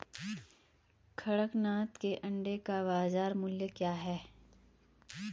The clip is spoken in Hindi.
कड़कनाथ के अंडे का बाज़ार मूल्य क्या है?